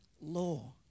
law